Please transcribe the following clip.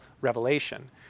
revelation